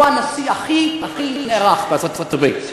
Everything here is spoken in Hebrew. שהוא הנשיא הכי הכי מוערך בארצות-הברית.